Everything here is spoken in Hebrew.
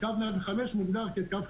לגבי